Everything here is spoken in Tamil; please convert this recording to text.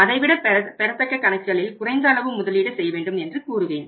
அதைவிட பெறத்தக்க கணக்குகளில் குறைந்த அளவு முதலீடு செய்யவேண்டும் என்று கூறுவேன்